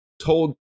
told